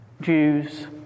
Jews